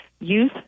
youth